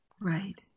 right